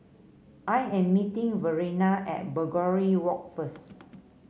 I am meeting Verena at Begonia Walk first